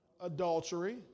adultery